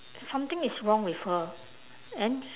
something is wrong with her and then